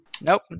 Nope